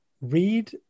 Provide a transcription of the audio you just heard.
read